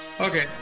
Okay